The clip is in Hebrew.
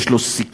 יש לו סיכוי,